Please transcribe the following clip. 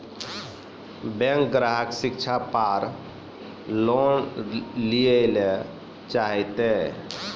Bank ग्राहक शिक्षा पार लोन लियेल चाहे ते?